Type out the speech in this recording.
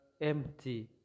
empty